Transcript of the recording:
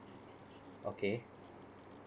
okay